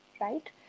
right